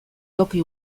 toki